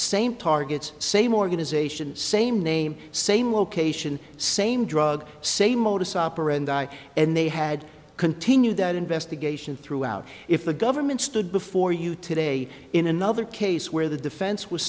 same targets same organization same name same location same drug same modus operandi and they had continued that investigation throughout if the government stood before you today in another case where the defense was